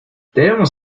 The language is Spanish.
debemos